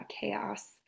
chaos